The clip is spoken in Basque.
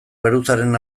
geruzaren